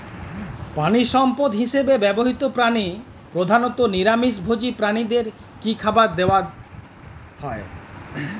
প্রাণিসম্পদ হিসেবে ব্যবহৃত প্রাণী প্রধানত নিরামিষ ভোজী প্রাণীদের কী খাবার দেয়া হয়?